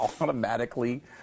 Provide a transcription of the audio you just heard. automatically